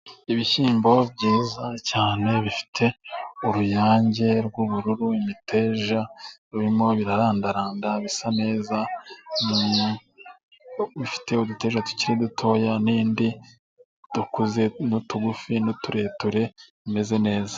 Ibishyimbo byiza cyane. Bifite uruyange rw'ubururu, imiteja. Birimo birarandaranda bisa neza. Bifite uduteja dukiri dutoya n'indi ikuze n'utugufi n'utureture imeze neza.